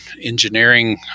engineering